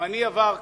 זמני עבר,